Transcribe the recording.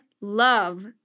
love